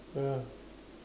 ya